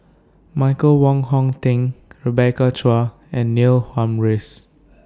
Michael Wong Hong Teng Rebecca Chua and Neil Humphreys